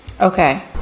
Okay